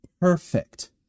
perfect